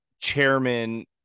chairman